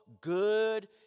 good